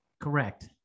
correct